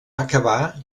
acabar